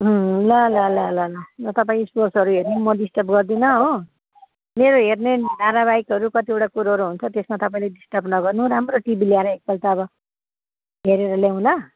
अँ ल ल ल ल ल ल तपाईँ स्पोर्ट्सहरू हेर्नु म डिस्टर्ब गर्दिनँ हो मेरो हेर्ने धारावाहिकहरू कतिवटा कुरोहरू हुन्छ त्यसमा तपाईँले डिस्टर्ब नगर्नु राम्रो टिभी ल्याएर एकपल्ट अब हेरेर ल्याउँ ल